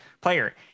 player